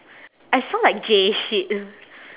I sound like gay shit